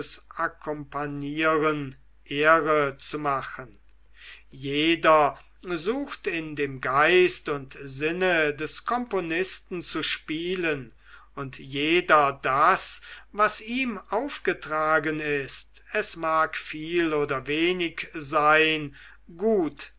akkompagnieren ehre zu machen jeder sucht in dem geist und sinne des komponisten zu spielen und jeder das was ihm aufgetragen ist es mag viel oder wenig sein gut